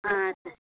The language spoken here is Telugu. సరే